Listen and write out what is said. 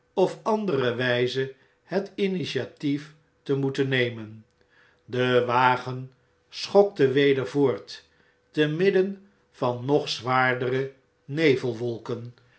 of andere wyzehetinitiatiefte moeten nemen de wagen schokte weder voort te midden van nog zwaardere